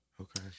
Okay